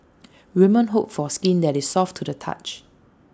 women hope for skin that is soft to the touch